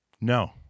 No